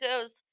goes